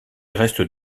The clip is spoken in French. restent